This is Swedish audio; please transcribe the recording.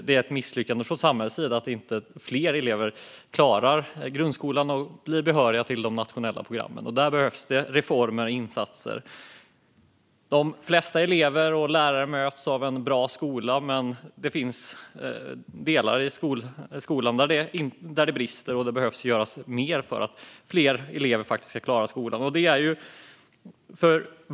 Det är ett misslyckande från samhällets sida att inte fler elever klarar grundskolan och blir behöriga till de nationella programmen. Där behövs det reformer och insatser. De flesta elever och lärare möts av en bra skola, men det finns delar i skolan där det brister, och det behöver göras mer för att fler elever ska klara skolan.